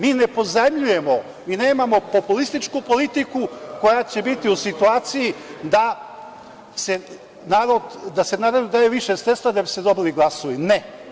Mi ne pozajmljujemo, mi nemamo populističku politiku koja će biti u situaciji da se narodu daje više sredstava da bi se dobili glasovi, ne.